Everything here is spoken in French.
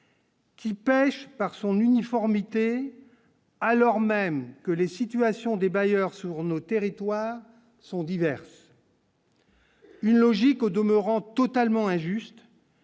Qui pêche par son uniformité alors même que les situations des bailleurs sur nos territoires sont diverses. Une logique au demeurant totalement injuste.